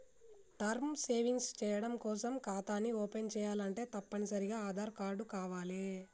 term savings చెయ్యడం కోసం ఖాతాని ఓపెన్ చేయాలంటే తప్పనిసరిగా ఆదార్ కార్డు కావాలే